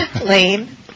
Lane